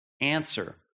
answer